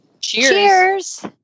Cheers